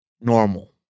normal